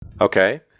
Okay